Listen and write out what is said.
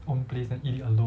own place and eat it alone